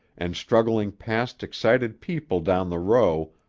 and struggling past excited people down the row,